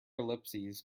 ellipses